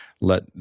let